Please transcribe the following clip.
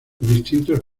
distintos